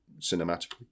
cinematically